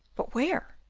but where?